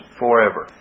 forever